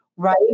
right